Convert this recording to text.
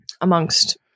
amongst